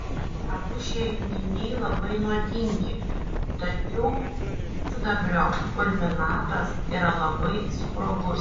abu šie junginiai labai nuodingi tačiau gyvsidabrio fulminatas yra labai sprogus